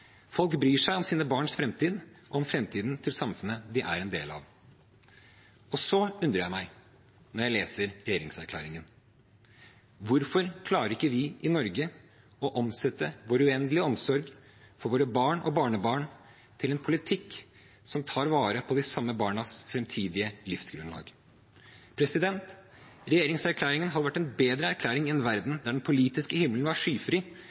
Folk bryr seg om sine barns framtid og om framtiden til samfunnet de er en del av. Og så undrer jeg meg når jeg leser regjeringserklæringen: Hvorfor klarer ikke vi i Norge å omsette vår uendelige omsorg for våre barn og barnebarn til en politikk som tar vare på de samme barnas framtidige livsgrunnlag? Regjeringserklæringen hadde vært en bedre erklæring i en verden der den politiske himmelen var skyfri,